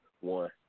One